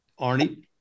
Arnie